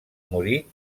morir